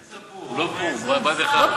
איזה פו"ם, לא פו"ם.